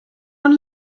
man